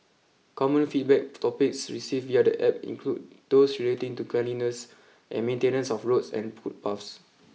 common feedback topics received via the App include those relating to cleanliness and maintenance of roads and footpaths